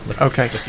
Okay